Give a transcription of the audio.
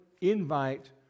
invite